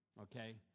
Okay